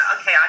okay